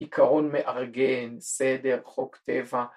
עיקרון מארגן, סדר, חוק טבע